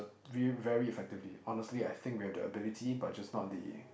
real very effectively honestly I think we have ability but just not the